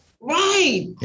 Right